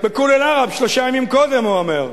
ב"כל אל-ערב", שלושה ימים קודם, הוא אומר: